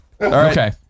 Okay